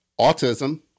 Autism